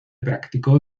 practicó